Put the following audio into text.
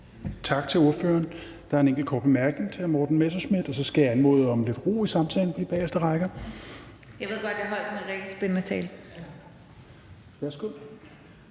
Tak til ordføreren. Der er en enkelt kort bemærkning fra hr. Morten Messerschmidt. Og så skal jeg anmode om lidt ro i samtalen på de bagerste rækker. (Rosa Lund (EL): Jeg ved godt, at jeg holdt en rigtig spændende tale.) Værsgo.